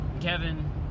Kevin